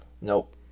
Nope